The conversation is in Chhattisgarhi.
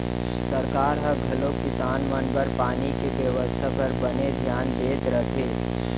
सरकार ह घलौक किसान मन बर पानी के बेवस्था बर बने धियान देत रथे